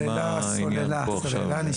סוללה,